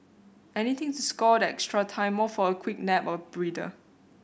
anything to score that extra time off for a quick nap or breather